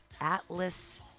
Atlas